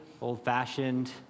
old-fashioned